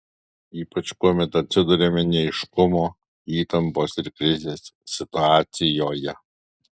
ypač kuomet atsiduriame neaiškumo įtampos ir krizės situacijoje